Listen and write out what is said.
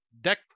Deck